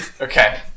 Okay